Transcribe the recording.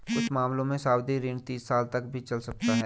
कुछ मामलों में सावधि ऋण तीस साल तक भी चल सकता है